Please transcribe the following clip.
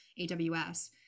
AWS